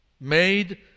Made